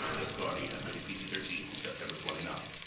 the guardian. rated pg thirteen. september twenty ninth.